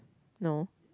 no